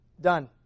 done